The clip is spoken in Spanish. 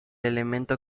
elemento